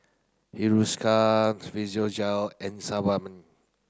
Hiruscar Physiogel and Sebamed